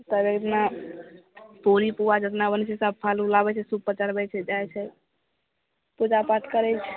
फेर ओहिदिना पुरी पुआ जेतना बनैत छै सब फल ओल लाबै छै सुप पर चढ़बै छै जाइत छै पूजा पाठ करैत छै